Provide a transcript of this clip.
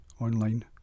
online